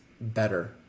better